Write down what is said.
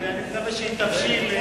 ואני מקווה שהיא תבשיל.